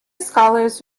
scholars